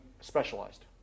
specialized